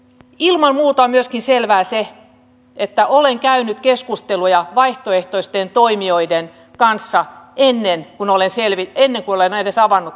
ilman muuta on myöskin selvää se että olen käynyt keskusteluja vaihtoehtoisten toimijoiden kanssa ennen kuin olen edes avannut tätä keskustelua